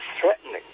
threatening